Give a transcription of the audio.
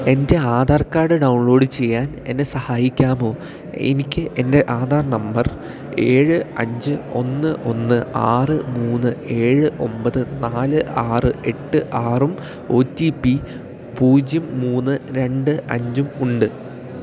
എൻ്റെ Aadhaar card download ചെയ്യാൻ എന്നെ സഹായിക്കാമോ എനിക്ക് എൻ്റെ ആധാർ നമ്പർ ഏഴ് അഞ്ച് ഒന്ന് ഒന്ന് ആറ് മൂന്ന് ഏഴ് ഒമ്പത് നാല് ആറ് എട്ട് ആറും ഒ റ്റി പി പൂജ്യം മൂന്ന് രണ്ട് അഞ്ചും ഉണ്ട്